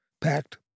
packed